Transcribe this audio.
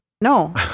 no